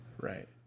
Right